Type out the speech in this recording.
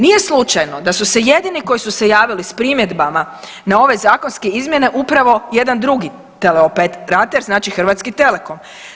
Nije slučajno da su se jedini koji su se javili sa primjedbama na ove zakonske izmjene upravo jedan drugi tele operater, znači Hrvatski telekom.